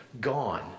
gone